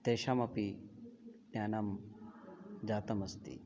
तेषामपि ज्ञानं जातमस्ति